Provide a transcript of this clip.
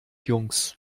jungs